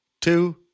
two